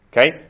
okay